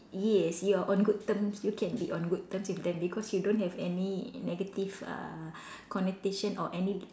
yes you are on good terms you can be on good terms with them because you don't have any negative (uh)connotations or any